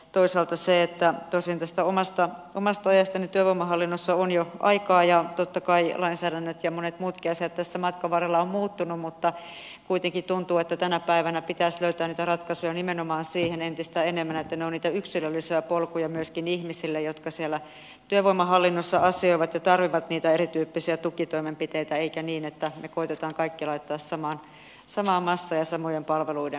toisaalta tosin tästä omasta ajastani työvoimahallinnossa on jo aikaa ja totta kai lainsäädännöt ja monet muutkin asiat tässä matkan varrella ovat muuttuneet mutta kuitenkin tuntuu että tänä päivänä pitäisi löytää niitä ratkaisuja entistä enemmän nimenomaan siihen että ne ovat niitä yksilöllisiä polkuja myöskin ihmisille jotka siellä työvoimahallinnossa asioivat ja tarvitsevat niitä erityyppisiä tukitoimenpiteitä eikä niin että me koetamme laittaa kaikki samaan massaan ja samojen palveluiden piiriin